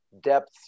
depth